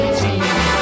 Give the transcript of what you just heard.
team